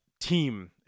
team